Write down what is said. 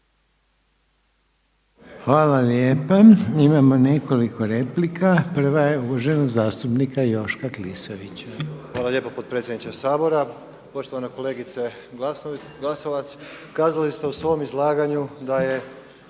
Hvala lijepa. Imamo nekoliko replika. Prva je uvaženog zastupnika Joška Klisovića. **Klisović, Joško (SDP)** Hvala lijepo potpredsjedniče Sabora. Poštovana kolegice Glasovac, kazali ste u svom izlaganju da je